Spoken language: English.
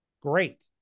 great